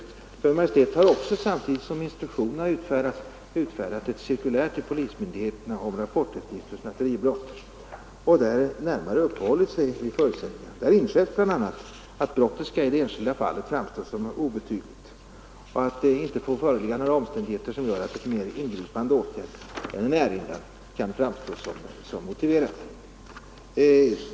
Kungl. Maj:t har också samtidigt som instruktionerna utfärdats utsänt ett cirkulär till polismyndigheterna om rapporteftergift vid snatteribrott, där man närmare uppehållit sig vid förutsättningarna härför. Där inskärps bl.a. att brottet i det enskilda fallet skall framstå som obetydligt och att det inte får föreligga några omständigheter som bör leda till mera ingripande åtgärder. I så fall kan en erinran vara motiverad.